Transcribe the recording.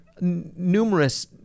numerous